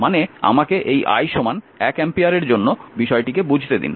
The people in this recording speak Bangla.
মানে আমাকে এই i 1 অ্যাম্পিয়ারের জন্য বিষয়টিকে বুঝতে দিন